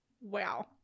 Wow